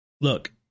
look